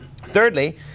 Thirdly